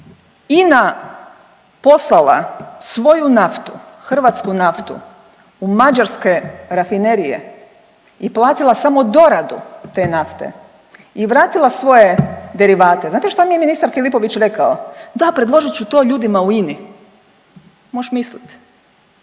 INA poslala svoju naftu, hrvatsku naftu u mađarske rafinerije i platila samo doradu te nafte i vratila svoje derivate? Znate šta mi je ministar Filipović rekao? Da, predložit ću to ljudima u INA-i. Moš' mislit!